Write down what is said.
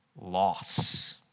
Loss